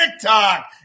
TikTok